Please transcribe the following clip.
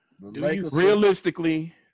Realistically